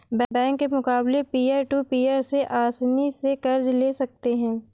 bank के मुकाबले peer to peer से आसनी से कर्ज ले सकते है